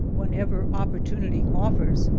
whenever opportunity offers,